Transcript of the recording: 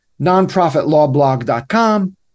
nonprofitlawblog.com